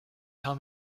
tell